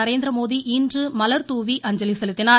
நரேந்திரமோடி இன்று மலர் தூவி அஞ்சலி செலுத்தினார்